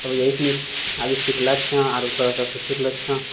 तऽ इएह सनी अभी सिखले छिए आओर थोड़ासँ सिखि रहलऽ छिए